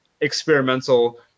experimental